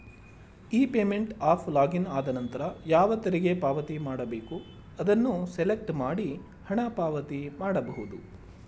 E payment of login ಆದನಂತರ ಯಾವ ತೆರಿಗೆ ಪಾವತಿ ಮಾಡಬೇಕು ಅದನ್ನು ಸೆಲೆಕ್ಟ್ ಮಾಡಿ ಹಣ ಪಾವತಿ ಮಾಡಬಹುದು